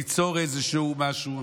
ליצור איזשהו משהו.